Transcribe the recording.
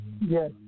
Yes